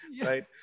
Right